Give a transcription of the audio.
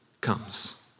comes